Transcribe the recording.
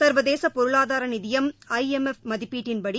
சர்வதேச பொருளாதார நிதியம் ஐ எம் எஃப் மதிப்பீட்டின்படி